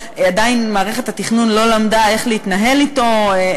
מערכת התכנון עדיין לא למדה איך להתנהל אתו,